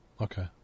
Okay